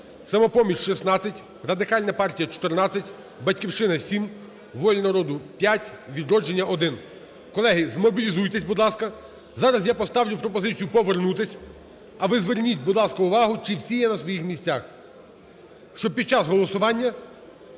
"Самопоміч" – 16, Радикальна партія – 14, "Батьківщина" – 7, "Воля народу" – 5, "Партія "Відродження" – 1. Колеги, змобілізуйтесь, будь ласка, зараз я поставлю пропозицію повернутись, а ви зверніть, будь ласка, увагу, чи всі є на своїх місцях. Щоб під час голосування